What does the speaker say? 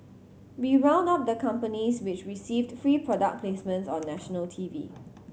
we round up the companies which received free product placements on national T V